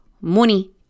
money